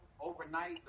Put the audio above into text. overnight